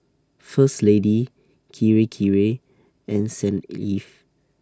First Lady Kirei Kirei and Saint Ives